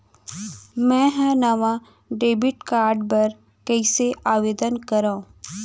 मै हा नवा डेबिट कार्ड बर कईसे आवेदन करव?